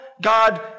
God